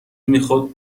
میخواد